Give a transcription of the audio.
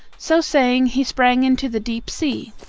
so saying, he sprang into the deep sea.